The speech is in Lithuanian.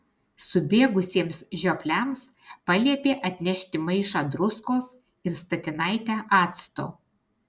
subėgusiems žiopliams paliepė atnešti maišą druskos ir statinaitę acto